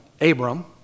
Abram